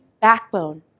backbone